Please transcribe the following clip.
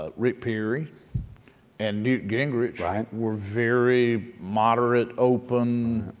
ah rick perry and newt gingrich were very moderate, open,